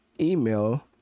email